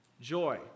joy